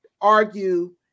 argue